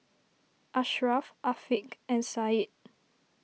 Ashraff Afiq and Said